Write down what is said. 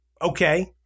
Okay